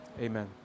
Amen